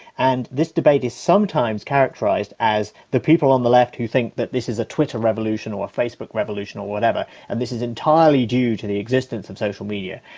and this debate is sometimes characterised as the people on the left who think that this is a twitter revolution or a facebook revolution or whatever and this is entirely due to the existence of social media,